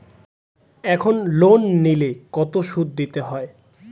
এখন লোন নিলে কত সুদ দিতে হয়?